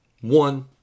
One